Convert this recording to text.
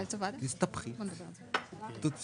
כפי שדיברנו, ללא קשר